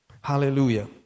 Hallelujah